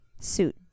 suit